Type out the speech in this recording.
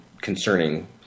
concerning